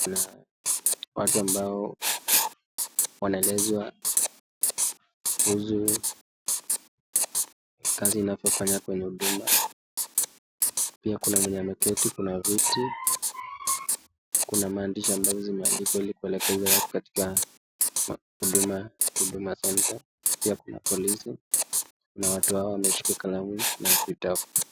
Kuna watu ambao wanaelezwa kuhusu kazi inavyofanywa kwenye huduma, pia kuna mwenye ameketi, kuna viti, kuna maandishi ambazo zimeandikwa ili kuelekeza watu katika huduma center pia kuna polisi na watu hawa wamkeshika kalamu na vitabu.